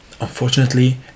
Unfortunately